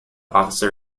officer